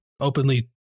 openly